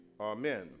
Amen